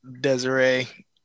Desiree